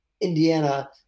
Indiana